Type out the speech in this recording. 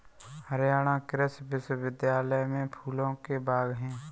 हरियाणा कृषि विश्वविद्यालय में फूलों के बाग हैं